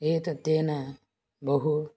एतत् तेन बहु